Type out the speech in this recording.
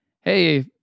hey